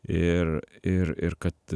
ir ir ir kad